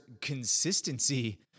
consistency